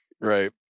Right